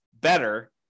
better